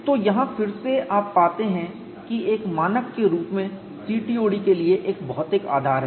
तो यहाँ फिर से आप पाते हैं कि एक मानक के रूप में CTOD के लिए एक भौतिक आधार है